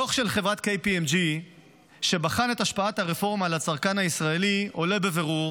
מדוח של חברת KPMG שבחן את השפעת הרפורמה על הצרכן הישראלי עולה בבירור